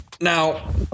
Now